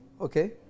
okay